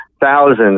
thousands